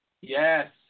Yes